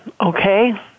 okay